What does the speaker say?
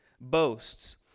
boasts